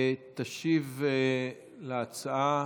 תשיב להצעה,